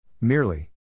Merely